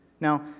Now